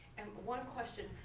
and but one question,